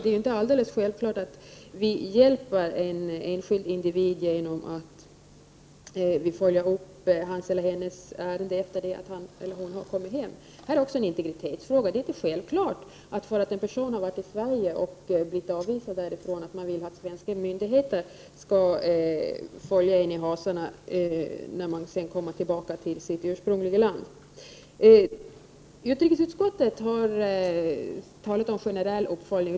Det är ju inte alldeles självklart att vi hjälper en enskild individ genom att följa upp hans eller hennes ärende efter det att han eller hon har kommit hem. Det är också en intregritetsfråga. Det är inte självklart att en person som har varit i Sverige och blivit avvisad här ifrån vill att svenska myndigheter skall följa honom i hasorna när han sedan kommer tillbaka till sitt ursprungliga land. Utrikesutskottet har talat om generell uppföljning.